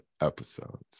episodes